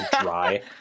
dry